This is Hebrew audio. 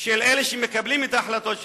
של אלה שמקבלים את ההחלטות,